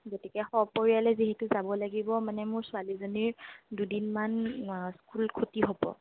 গতিকে সপৰিয়ালে যিহেতু যাব লাগিব মানে মোৰ ছোৱালীজনীৰ দুদিনমান স্কুল ক্ষতি হ'ব